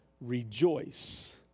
Rejoice